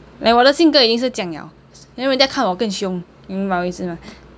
like 我的性格已经是酱了 then 人家看我更凶你明白我的意思吗